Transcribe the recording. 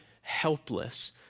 helpless